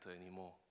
anymore